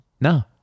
No